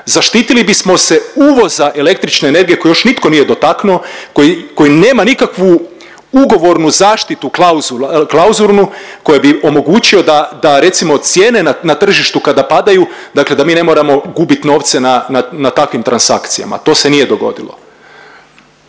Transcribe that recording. zaštitili bismo se uvoza električne energije koji još nitko nije dotaknuo, koji nema nikakvu ugovornu zaštitu klauz… klauzulnu koji bi omogućio da recimo cijene na tržištu kada padaju, dakle da mi ne moramo gubit novce na takvim transakcijama. To se nije dogodilo.